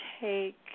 take